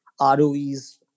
ROEs